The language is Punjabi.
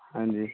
ਹਾਂਜੀ